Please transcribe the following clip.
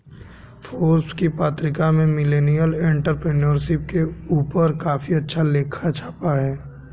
Forbes की पत्रिका में मिलेनियल एंटेरप्रेन्योरशिप के ऊपर काफी अच्छा लेख छपा है